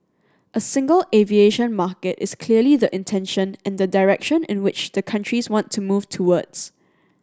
a single aviation market is clearly the intention and the direction in which the countries want to move towards